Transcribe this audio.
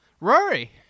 rory